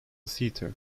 theatre